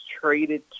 traded